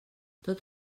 tot